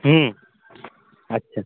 अच्छा